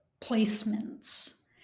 placements